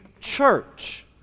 church